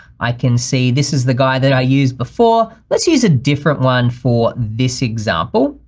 i can see this is the guy that i used before, let's use a different one for this example.